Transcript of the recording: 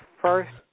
first